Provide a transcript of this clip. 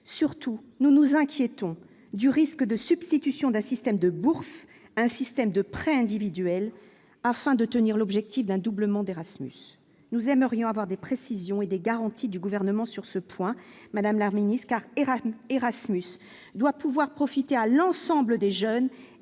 surtout nous nous inquiétons du risque de substitution d'un système de bourses, un système de prêts individuels afin de tenir l'objectif d'un doublement d'Erasmus, nous aimerions avoir des précisions et des garanties du gouvernement sur ce point madame la Ministre car Erasmus Erasmus doit pouvoir profiter à l'ensemble des jeunes et non à certains